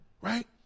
Right